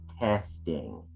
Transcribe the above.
testing